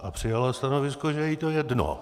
A přijala stanovisko, že jí je to jedno.